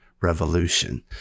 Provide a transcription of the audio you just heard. Revolution